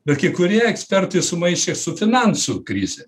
bet kai kurie ekspertai sumaišė su finansų krize